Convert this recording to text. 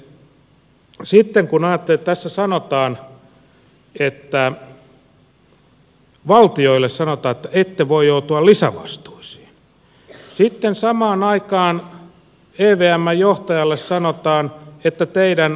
sitten kun ajattelee että tässä valtioille sanotaan että ette voi joutua lisävastuuseen ja sitten samaan aikaan evmn johtajalle sanotaan että teidän on haettava rahaa jos evm on vaarassa